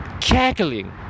cackling